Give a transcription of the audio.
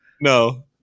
No